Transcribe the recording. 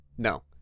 No